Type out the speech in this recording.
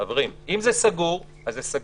חברים, אם זה סגור, זה סגור.